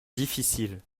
difficile